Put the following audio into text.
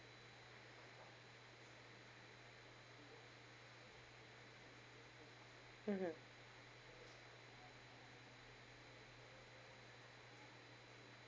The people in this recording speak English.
mmhmm